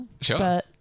Sure